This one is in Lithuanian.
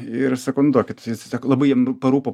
ir sakau nu duokit jisai sako labai jam parūpo